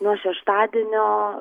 nuo šeštadienio